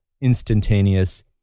instantaneous